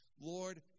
Lord